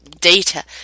data